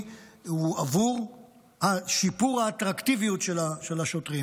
הוא עבור שיפור האטרקטיביות של השוטרים.